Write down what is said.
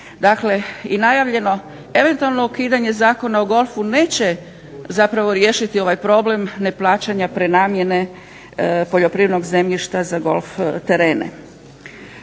Dakle, i najavljeno eventualno ukidanje Zakona o golfu neće zapravo riješiti ovaj problem neplaćanja prenamjene poljoprivrednog zemljišta za golf terene.